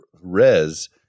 Res